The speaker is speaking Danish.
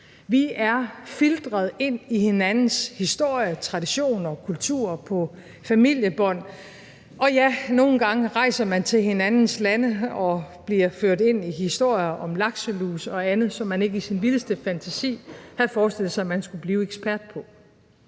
Vi er filtret ind i hinandens historie, traditioner, kultur, familiebånd. Og ja, nogle gange rejser man til hinandens lande og bliver ført ind i historier om lakselus og andet, som man ikke i sin vildeste fantasi havde forestillet sig at man skulle blive ekspert i.